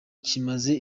kimaze